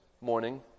morning